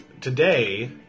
today